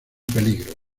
peligro